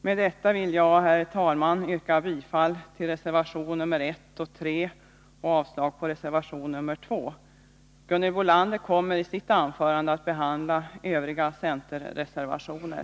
Med detta vill jag, herr talman, yrka bifall till reservationerna 1 och 3 och avslag på reservation nr 2. Gunhild Bolander kommer i sitt anförande att behandla övriga centerreservationer.